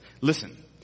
listen